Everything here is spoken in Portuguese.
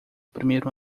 primeiro